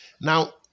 Now